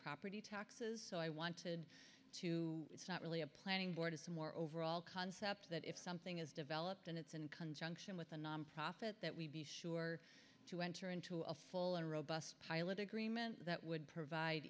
property taxes so i wanted to it's not really a planning board is a more overall concept that if something is developed and it's in country unction with a nonprofit that we be sure to enter into a full and robust pilot agreement that would provide